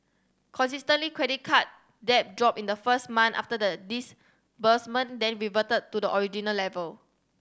consistently credit card debt dropped in the first month after the disbursement then reverted to the original level